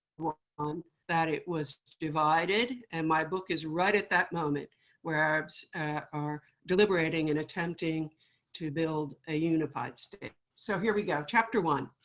um that it was divided. and my book is right at that moment where arabs are deliberating and attempting to build a unified state. so here we go, chapter one.